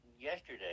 yesterday